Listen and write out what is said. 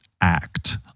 act